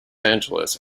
angeles